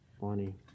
funny